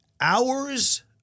Hours